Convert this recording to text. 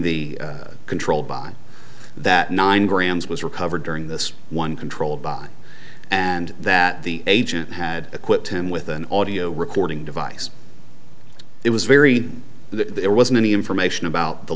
the control box that nine grams was recovered during this one controlled by and that the agent had equipped him with an audio recording device it was very there wasn't any information about the